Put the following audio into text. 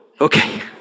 Okay